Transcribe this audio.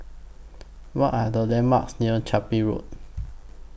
What Are The landmarks near Chapel Road